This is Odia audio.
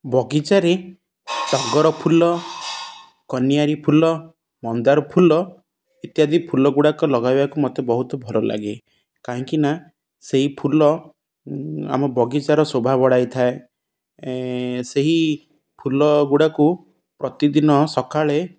ବଗିଚାରେ ଟଗର ଫୁଲ କନିଆରୀ ଫୁଲ ମନ୍ଦାର ଫୁଲ ଇତ୍ୟାଦି ଫୁଲଗୁଡ଼ାକ ଲଗାଇବାକୁ ମୋତେ ବହୁତ ଭଲ ଲାଗେ କାହିଁକିନା ସେଇ ଫୁଲ ଆମ ବଗିଚାର ଶୋଭା ବଢ଼ାଇଥାଏ ସେହି ଫୁଲଗୁଡ଼ାକୁ ପ୍ରତିଦିନ ସକାଳେ